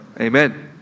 Amen